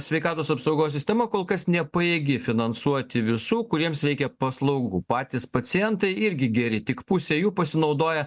sveikatos apsaugos sistema kol kas nepajėgi finansuoti visų kuriems reikia paslaugų patys pacientai irgi geri tik pusė jų pasinaudoja